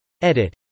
Edit